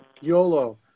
YOLO